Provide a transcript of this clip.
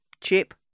chip